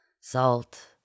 Salt